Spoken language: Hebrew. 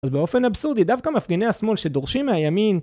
אז באופן אבסורדי, דווקא מפגיני השמאל שדורשים מהימין...